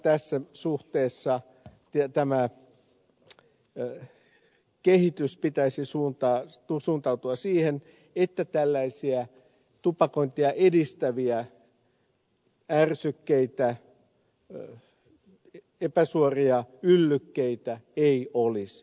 tässä suhteessa tämä kehitys pitäisi suunnata siihen että tällaisia tupakointia edistäviä ärsykkeitä epäsuoria yllykkeitä ei olisi